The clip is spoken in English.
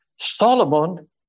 Solomon